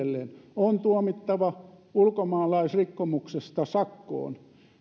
on tuomittava ulkomaalaisrikkomuksesta sakkoon